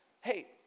Hey